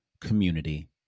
community